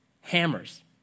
hammers